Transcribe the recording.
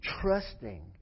trusting